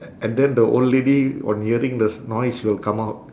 and then the old lady on hearing the noise will come out